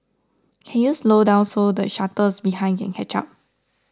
can you slow down so the shuttles behind can catch up